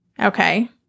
Okay